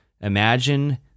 imagine